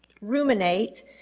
ruminate